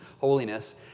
holiness